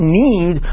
need